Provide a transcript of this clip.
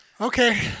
Okay